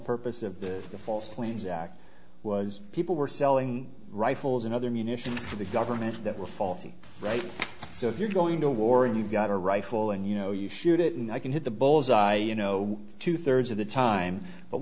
purpose of the false claims act was people were selling rifles and other munitions to the government that were faulty right so if you're going to war and you got a rifle and you know you shoot it and i can hit the bull's eye i know two thirds of the time but